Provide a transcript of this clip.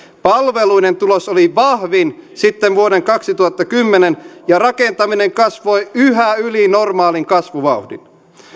palveluiden tulos oli vahvin sitten vuoden kaksituhattakymmenen ja rakentaminen kasvoi yhä yli normaalin kasvuvauhdin